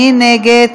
מי נגד?